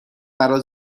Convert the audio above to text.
مرا